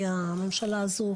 כי הממשלה הזאת,